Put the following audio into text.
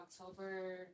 october